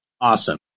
Awesome